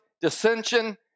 dissension